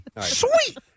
Sweet